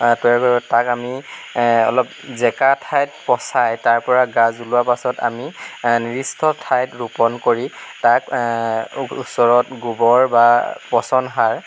তৈয়াৰ কৰি তাক আমি অলপ জেকা ঠাইত পচাই তাৰপৰা গাজ ওলোৱা পাছত আমি নিৰ্দিষ্ট ঠাইত ৰোপণ কৰি তাক ওচৰত গোবৰ বা পচন সাৰ